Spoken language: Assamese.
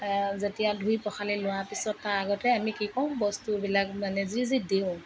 যেতিয়া ধুই পখালি লোৱাৰ পিছত আ আগতে আমি কি কৰোঁ বস্তুবিলাক মানে যি যি দিওঁ